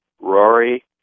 Rory